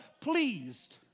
pleased